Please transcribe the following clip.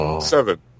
Seven